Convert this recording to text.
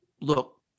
look